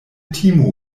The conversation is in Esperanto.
timu